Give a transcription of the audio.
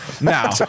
Now